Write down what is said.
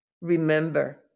Remember